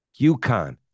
UConn